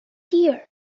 dear